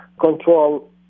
control